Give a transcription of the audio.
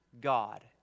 God